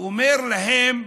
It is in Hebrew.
והוא אומר להם: